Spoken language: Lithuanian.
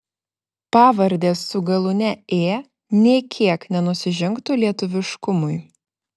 pavardės su galūne ė nė kiek nenusižengtų lietuviškumui